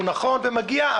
הוא נכון ומגיע.